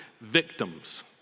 Victims